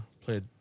played